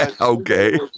Okay